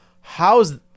How's